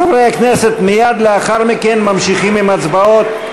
חברי הכנסת, מייד לאחר מכן ממשיכים בהצבעות.